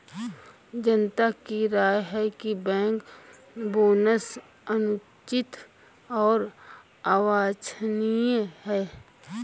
जनता की राय है कि बैंक बोनस अनुचित और अवांछनीय है